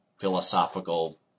philosophical